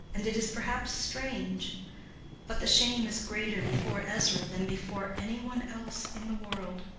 and it is perhaps strange but the shame is greater before ezra than before any one else in the world.